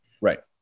right